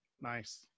Nice